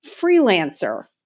freelancer